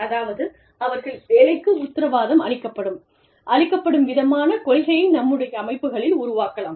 அதாவது அவர்களின் வேலைக்கு உத்திரவாதம் அளிக்கப்படும் விதமான கொள்கையை நம்முடைய அமைப்புகளில் உருவாக்கலாம்